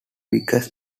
biggest